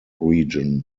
region